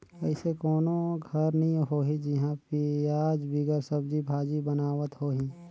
अइसे कोनो घर नी होही जिहां पियाज बिगर सब्जी भाजी बनावत होहीं